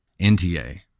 NTA